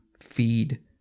feed